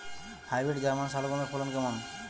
Hybrid German শালগম এর ফলন কেমন?